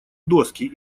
доски